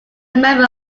member